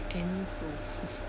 any food